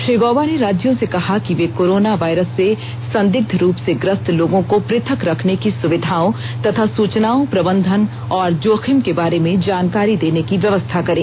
श्री गॉबा ने राज्यों से कहा कि वे कोरोना वायरस से संदिग्ध रूप से ग्रस्त लोगों को पृथक रखने की सुविधाओं तथा सूचनाओं प्रबंधन और जोखिम के बारे में जानकारी देने की व्यवस्था करें